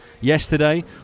yesterday